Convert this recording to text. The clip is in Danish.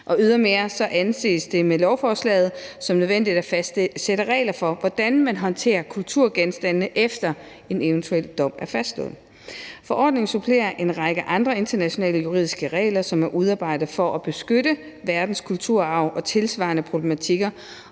Ydermere anses det med lovforslaget som nødvendigt at fastsætte regler for, hvordan man håndterer kulturgenstande, efter at en eventuel dom er fastslået. Forordningen supplerer en række andre internationale juridiske regler, som er udarbejdet for at beskytte verdens kulturarv og tilsvarende problematikker,